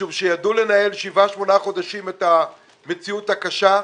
ידעו לנהל שבעה-שמונה חודשים את המציאות הקשה,